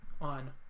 on